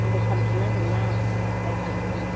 आंबो फानफिन नांगोनना बायस'नानै